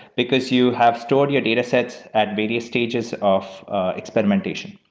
because you have stored your datasets at previous stages of experimentation.